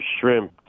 shrimp